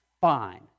fine